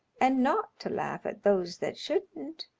and not to laugh at those that shouldn't,